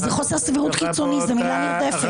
זה חוסר סבירות קיצוני, זה מילה נרדפת.